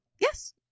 Yes